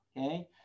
okay